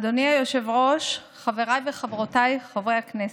אדוני היושב-ראש, חבריי וחברותיי חברי הכנסת,